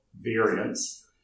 variance